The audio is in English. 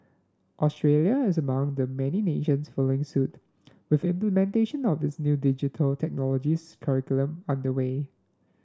Australia is among the many nations following suit with implementation of its new Digital Technologies curriculum under way